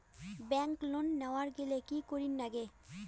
Bank loan নেওয়ার গেইলে কি করীর নাগে?